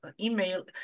email